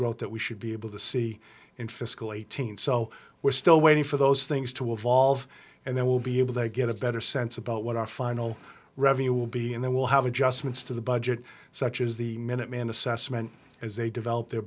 growth that we should be able to see in fiscal eighteen so we're still waiting for those things to evolve and then we'll be able to get a better sense about what our final revenue will be and then we'll have adjustments to the budget such as the minuteman assessment as they develop their